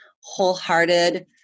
wholehearted